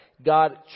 God